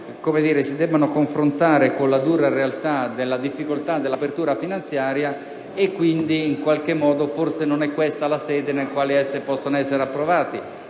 si debba confrontare con la dura realtà della difficoltà della copertura finanziaria, e quindi forse non è questa la sede in cui essi possono essere approvati.